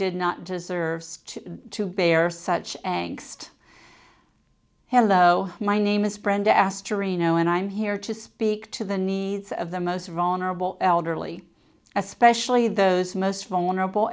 did not deserve to bear such anger hello my name is brenda asked to reno and i'm here to speak to the needs of the most vulnerable elderly especially those most vulnerable